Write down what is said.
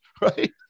Right